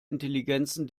intelligenzen